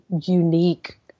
unique